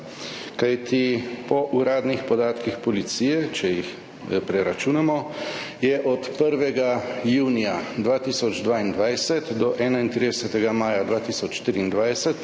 Kajti po uradnih podatkih policije, če jih preračunamo, je od 1. junija 2022 do 31. maja 2023,